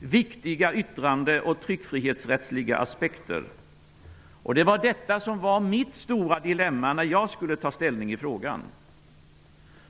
viktiga yttrande och tryckfrihetsrättsliga aspekter. Det var detta som var mitt stora dilemma när jag skulle ta ställning i frågan.